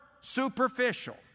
superficial